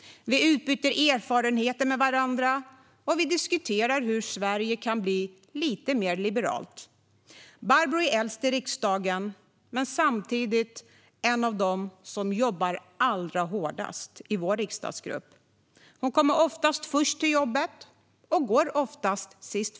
Vi utbyter erfarenheter med varandra, och vi diskuterar hur Sverige kan bli lite mer liberalt. Barbro är äldst i riksdagen men samtidigt en av dem i vår riksdagsgrupp som jobbar allra hårdast. Hon kommer oftast först till jobbet och går oftast sist.